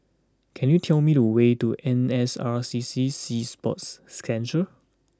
can you tell me the way to N S R C C Sea Sports Centre